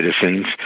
citizens